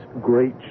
great